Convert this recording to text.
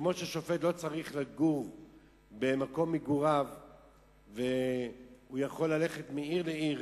כמו ששופט לא צריך לגור במקום שיפוטו והוא יכול ללכת מעיר לעיר,